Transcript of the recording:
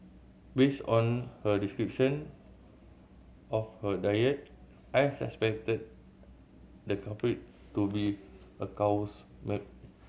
based on her description of her diet I suspected the the culprit to be a cow's milk